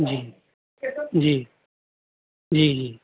جی جی جی جی